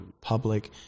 public